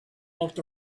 looked